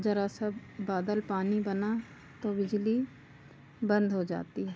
ज़रा सा बादल पानी बना तो बिजली बंद हो जाती है